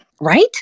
Right